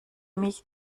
mich